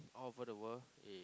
all over the world